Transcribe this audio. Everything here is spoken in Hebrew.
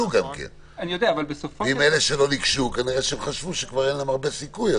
כנראה שאלה שלא ניגשו חשבו שאין להם הרבה סיכוי.